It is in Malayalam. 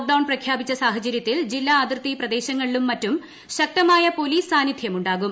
ലോക് ഡൌൺ പ്രഖ്യാപിച്ച സാഹചര്യത്തിൽ ജില്ലാ അതിർത്തി പ്രദേശങ്ങളിലും മറ്റും ശക്തമായ പോലീസ് സാന്നിദ്ധ്യം ഉണ്ടാകും